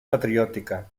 patriòtica